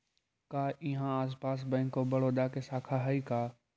का इहाँ आसपास बैंक ऑफ बड़ोदा के शाखा हइ का?